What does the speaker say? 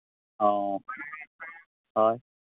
ᱚ ᱦᱳᱭ